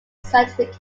scientific